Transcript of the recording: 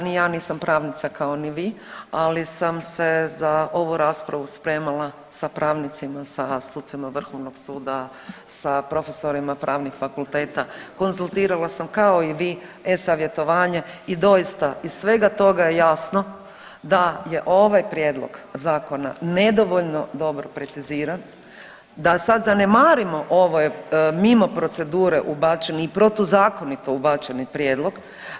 Ni ja nisam pravnica kao ni vi, ali sam se za ovu raspravu spremala sa pravnicima, sa sucima Vrhovnog suda, sa profesorima pravnih fakulteta, konzultirala sam kao i vi e-savjetovanje i doista iz svega toga je jasno da je ovaj prijedlog zakona nedovoljno dobro preciziran, da sad zanemarimo ove mimo procedure ubačen i protuzakonito ubačeni prijedlog.